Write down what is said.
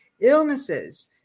illnesses